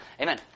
Amen